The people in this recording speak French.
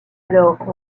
alors